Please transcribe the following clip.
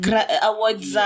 awards